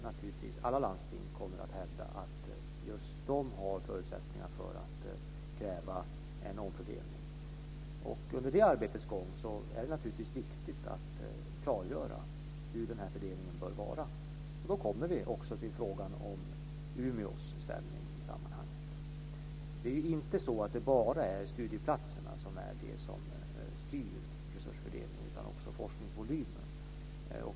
Naturligtvis kommer alla landsting att hävda att just de har förutsättningar att kräva en omfördelning. Under arbetets gång är det naturligtvis viktigt att klargöra hur den här fördelningen bör vara. Då kommer vi också till frågan om Umeås ställning i sammanhanget. Det är inte så att det bara är studieplatserna som styr resursfördelningen utan det är också forskningsvolymen.